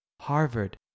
Harvard